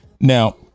Now